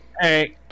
Hey